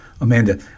Amanda